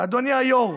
אדוני היו"ר,